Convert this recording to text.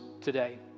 today